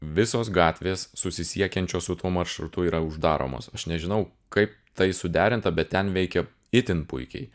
visos gatvės susisiekiančios su tuo maršrutu yra uždaromos aš nežinau kaip tai suderinta bet ten veikia itin puikiai